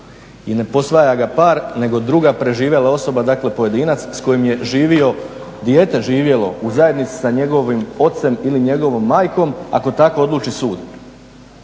i ne posvaja ga par nego druga preživjela osoba, dakle pojedinac s kojim je živio, dijete živjelo u zajednici s njegovim ocem ili njegovom majkom, ako tako odluči sud.